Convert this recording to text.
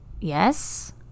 Yes